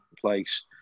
place